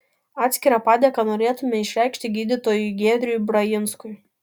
atskirą padėką norėtume išreikšti gydytojui giedriui brajinskui